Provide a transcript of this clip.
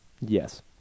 Yes